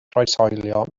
croeshoelio